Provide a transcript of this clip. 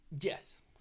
Yes